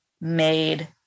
made